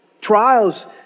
Trials